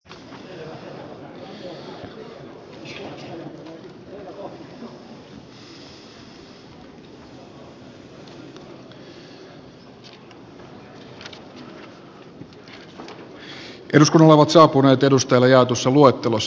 totean että saapuneet edustajille jaetussa luottamus